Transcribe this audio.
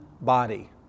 body